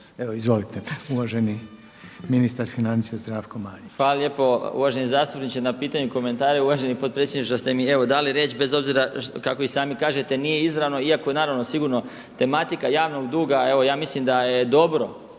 Evo izvolite, uvaženi ministar financija Zdravko Marić. **Marić, Zdravko** Hvala lijepo uvaženi zastupniče. Na pitanje i komentare uvaženi potpredsjedniče što ste mi evo dali riječ bez obzira kako i sami kažete nije izravno, iako je naravno sigurno tematika javnog duga. Evo ja mislim da je dobro